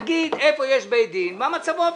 תגיד איפה יש בית דין ומה מצבו הפיזי.